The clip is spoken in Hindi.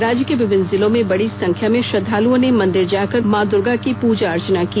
राज्य के विभिन्न जिलों में बड़ी संख्या में श्रद्वालुओं ने मंदिर जाकर मां दुर्गा की पूजा अर्चना की